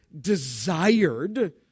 desired